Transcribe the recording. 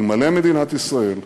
אלמלא מדינת ישראל,